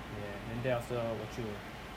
ya then thereafter 我就